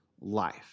life